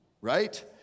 right